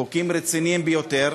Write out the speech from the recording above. חוקים רציניים ביותר,